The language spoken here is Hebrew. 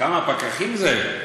כמה פקחים זה?